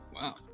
Wow